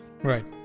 Right